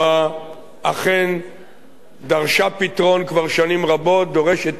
אכן דרשה פתרון כבר שנים רבות, דורשת פתרון עכשיו.